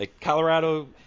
Colorado